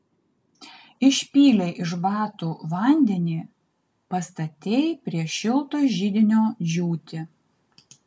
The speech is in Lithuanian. išpylei iš batų vandenį pastatei prie šilto židinio džiūti